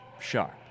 sharp